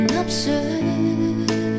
absurd